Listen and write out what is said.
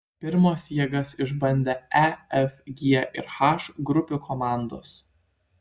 pirmos jėgas išbandė e f g ir h grupių komandos